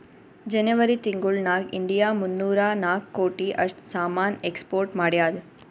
ಜನೆವರಿ ತಿಂಗುಳ್ ನಾಗ್ ಇಂಡಿಯಾ ಮೂನ್ನೂರಾ ನಾಕ್ ಕೋಟಿ ಅಷ್ಟ್ ಸಾಮಾನ್ ಎಕ್ಸ್ಪೋರ್ಟ್ ಮಾಡ್ಯಾದ್